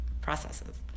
processes